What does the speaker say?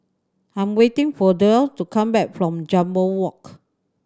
I'm waiting for Derl to come back from Jambol Walk